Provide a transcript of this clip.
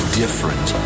different